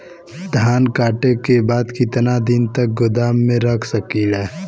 धान कांटेके बाद कितना दिन तक गोदाम में रख सकीला?